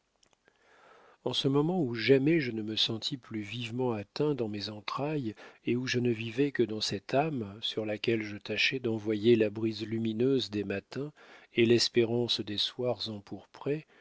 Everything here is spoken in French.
en ce moment où jamais je ne me sentis plus vivement atteint dans mes entrailles et où je ne vivais que dans cette âme sur laquelle je tâchais d'envoyer la brise lumineuse des matins et l'espérance des soirs empourprés